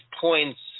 points